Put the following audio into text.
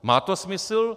Má to smysl?